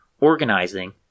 organizing